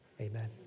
amen